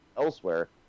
elsewhere